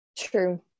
True